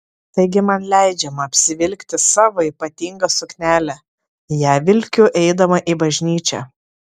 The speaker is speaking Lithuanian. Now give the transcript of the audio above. taigi man leidžiama apsivilkti savo ypatingą suknelę ją vilkiu eidama į bažnyčią